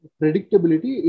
predictability